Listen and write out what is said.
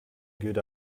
good